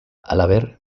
halaber